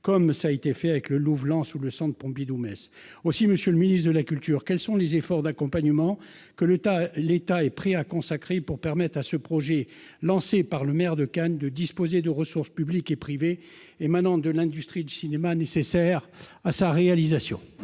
comme cela s'est fait avec le Louvre-Lens ou le Centre Pompidou-Metz. Monsieur le ministre de la culture, quels efforts d'accompagnement l'État est-il prêt à consentir pour permettre à ce projet, lancé par le maire de Cannes, de disposer des ressources, publiques et privées, émanant de l'industrie du cinéma, nécessaires à sa réalisation ?